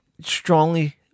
strongly